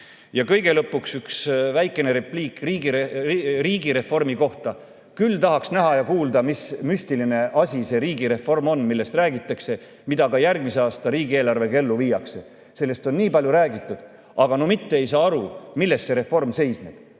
Ja kõige lõpuks üks väike repliik riigireformi kohta. Küll tahaks näha ja kuulda, mis müstiline asi see riigireform on, millest räägitakse ja mida järgmise aasta riigieelarvega ka ellu viiakse. Sellest on nii palju räägitud, aga no mitte ei saa aru, milles see reform seisneb